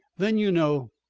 then, you know,